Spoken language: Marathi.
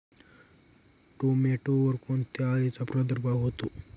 टोमॅटोवर कोणत्या अळीचा प्रादुर्भाव होतो?